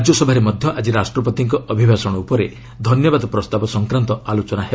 ରାଜ୍ୟସଭାରେ ମଧ୍ୟ ଆକି ରାଷ୍ଟ୍ରପତିଙ୍କ ଅଭିଭାଷଣ ଉପରେ ଧନ୍ୟବାଦ ପ୍ରସ୍ତାବ ସଂକ୍ରାନ୍ତ ଆଲୋଚନା ହେବ